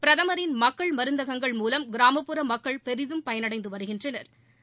பிரதமரின் மக்கள் மருந்தகங்கள் மூலம் கிராமப்புற மக்கள் பெரிதும் பயனடைந்து வருகின்றனா்